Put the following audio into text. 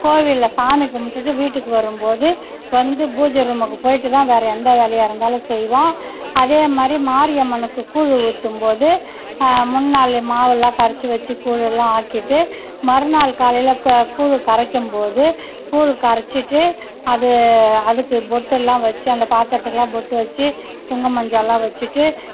கோவிலில் சாமி கும்பிட்டுட்டு வீட்டுக்கு வரும்போது வந்து பூஜை ரூமுக்குப் போயிட்டுதான் வேறு எந்த வேலையாக இருந்தாலும் செய்வோம் அதே மாதிரி மாரியம்மனுக்கு கூழு ஊற்றும்போது முன்னாள் மாவெல்லாம் கரைச்சி வெச்சு கூழ் எல்லாம் ஆக்கிட்டு மறுநாள் காலையில் க கூழு கரைக்கும்போது கூழ் கரைச்சிட்டு அது அதுக்கு பொட்டெல்லாம் வச்சு அந்த பாத்திரத்துக்கெலாம் பொட்டு வெச்சு குங்குமம் மஞ்சளெலாம் வச்சுட்டு